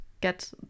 get